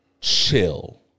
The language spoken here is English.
chill